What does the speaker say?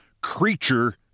creature